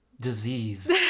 disease